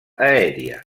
aèria